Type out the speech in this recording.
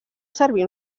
servir